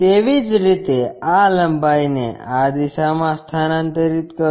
તેવી જ રીતે આ લંબાઈને આ દિશામાં સ્થાનાંતરિત કરો